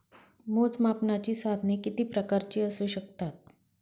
मोजमापनाची साधने किती प्रकारची असू शकतात?